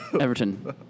Everton